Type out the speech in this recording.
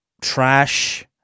trash